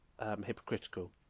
hypocritical